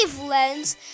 lens